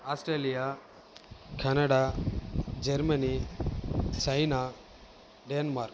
Australia Canada Germany China Denmark